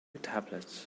tablets